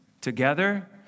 together